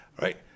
right